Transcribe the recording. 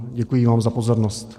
Děkuji vám za pozornost.